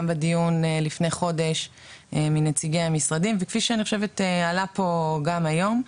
בדיון לפני חודש מנציגי המשרדים וכפי שאני חושבת עלה פה גם היום,